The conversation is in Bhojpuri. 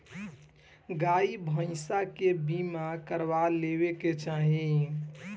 गाई भईसा के बीमा करवा लेवे के चाही